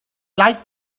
like